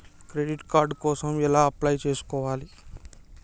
Credit card కోసం ఎలా apply చేసుకోవాలి?